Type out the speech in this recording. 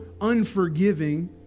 unforgiving